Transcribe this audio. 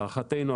להערכתנו,